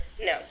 No